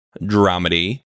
dramedy